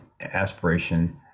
aspiration